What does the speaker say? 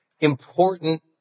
important